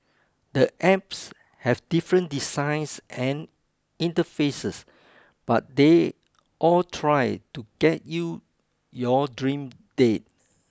the apps have different designs and interfaces but they all try to get you your dream date